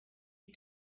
you